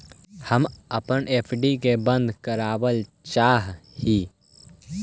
हम अपन एफ.डी के बंद करावल चाह ही